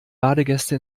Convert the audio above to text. badegäste